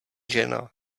žena